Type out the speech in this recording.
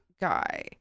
guy